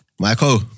Michael